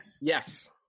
Yes